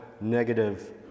negative